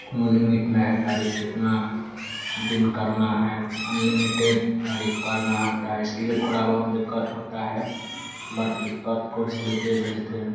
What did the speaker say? कौनो लिमिट नहीं है तारीख़ कितने दिन करना है अनलिमिटेड तारीख़ करना होता है इसलिए थोड़ा बहुत दिक़्क़त होती है बट दिक़्क़त को झेलते झेलते